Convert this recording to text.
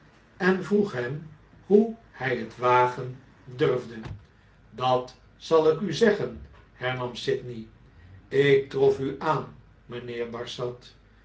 en vroeg hem hoe hy het wagen durfde dat zal ik u zeggen hernam sydney lk trof u aan mynheer barsad